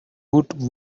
woot